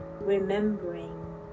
remembering